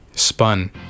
spun